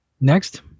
next